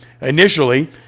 Initially